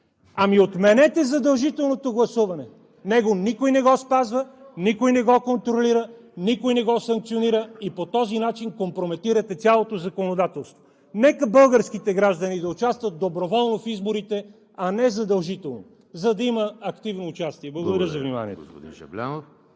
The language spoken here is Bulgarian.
Ами отменете задължителното гласуване. Него никой не го спазва, никой не го контролира, никой не го санкционира и по този начин компрометирате цялото законодателство. Нека българските граждани да участват доброволно в изборите, а не задължително, за да има активно участие. Благодаря за вниманието.